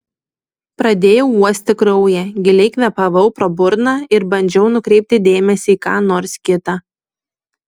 pradėjau uosti kraują giliai kvėpavau pro burną ir bandžiau nukreipti dėmesį į ką nors kita